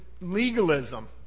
legalism